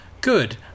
Good